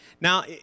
now